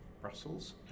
Brussels